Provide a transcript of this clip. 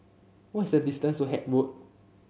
what is the distance to Haig Road